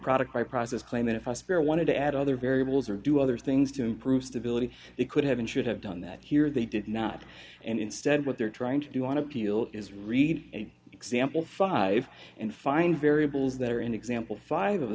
product by process plaintiff aspera wanted to add other variables or do other things to improve stability they could have and should have done that here they did not and instead what they're trying to do on appeal is read a example five and find variables that are an example five of